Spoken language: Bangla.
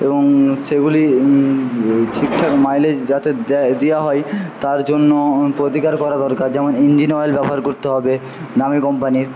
এবং সেগুলি ঠিকঠাক মাইলেজ যাতে দেয় দেওয়া হয় তার জন্য প্রতিকার করা দরকার যেমন ইঞ্জিন অয়েল ব্যবহার করতে হবে নামী কোম্পানির